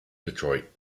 detroit